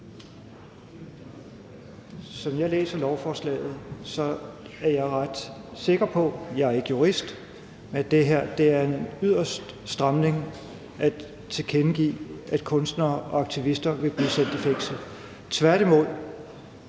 Som jeg læser lovforslaget, er jeg ret sikker på – jeg er ikke jurist – at det er den yderste stramning at tilkendegive, at kunstnere og aktivister vil blive sat i fængsel.